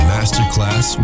Masterclass